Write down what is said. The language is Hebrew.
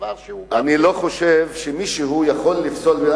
אני לא חושב שמישהו יכול לפסול.